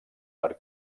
per